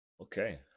Okay